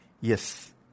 Yes